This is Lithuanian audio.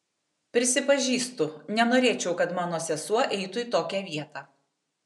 prisipažįstu nenorėčiau kad mano sesuo eitų į tokią vietą